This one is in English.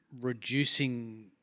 reducing